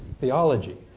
theology